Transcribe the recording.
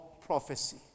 prophecy